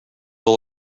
will